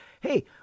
hey